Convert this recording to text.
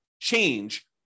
change